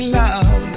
love